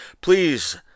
please